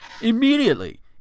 Immediately